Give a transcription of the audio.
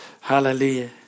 Hallelujah